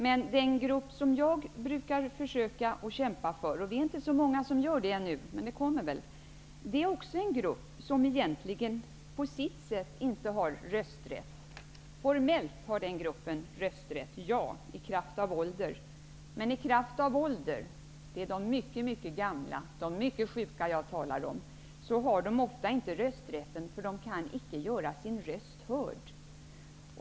Men den grupp som jag försöker kämpa för -- det är inte så många som gör det ännu, men det kommer väl -- är också en grupp som egentligen på sitt sätt inte har rösträtt. Formellt har den gruppen rösträtt, i kraft av ålder. Men det är de mycket mycket gamla och de mycket sjuka som jag talar om. De har ofta inte rösträtt, för de kan icke göra sin röst hörd.